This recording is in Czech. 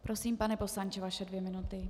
Prosím, pane poslanče, vaše dvě minuty.